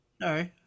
No